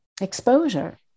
exposure